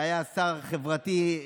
שהיה שר חברתי,